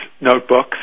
notebooks